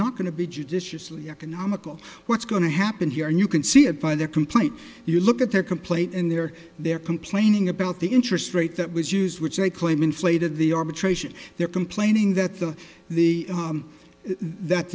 not going to be judiciously economical what's going to happen here and you can see it by their complaint you look at their complaint and there they are complaining about the interest rate that was used which they claim inflated the arbitration they're complaining that the the that